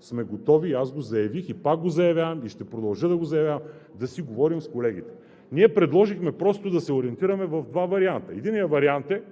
сме готови – аз го заявих, пак го заявявам и ще продължа да го заявявам, да си говорим с колегите. Предложихме да се ориентираме в два варианта. Единият вариант е